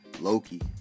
Loki